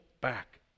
back